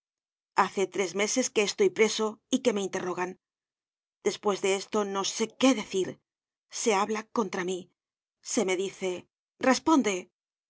hace tres meses que estoy preso y que me interrogan despues de esto no sé qué decir se habla contra mí se me dice responde